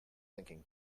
thinking